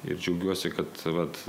ir džiaugiuosi kad vat